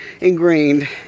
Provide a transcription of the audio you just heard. ingrained